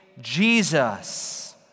Jesus